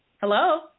Hello